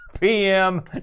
PM